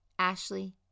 Ashley